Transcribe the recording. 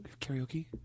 Karaoke